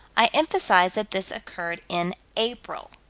i emphasize that this occurred in april.